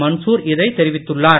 மன்சூர் இதை தெரிவித்துள்ளார்